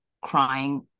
crying